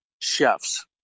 chefs